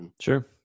Sure